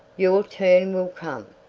your turn will come.